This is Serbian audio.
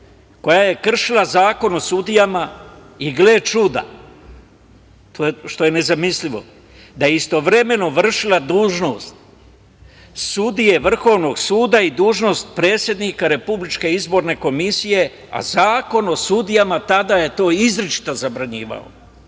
koja je kršila zakon o sudijama? Gle čuda, što je nezamislivo, da je istovremeno vršila dužnost sudije Vrhovnog suda i dužnost predsednika RIK, a Zakon o sudijama je tada to izričito zabranjivao.